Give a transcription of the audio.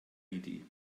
idee